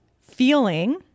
feeling